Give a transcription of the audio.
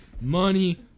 money